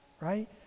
right